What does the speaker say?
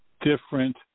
different –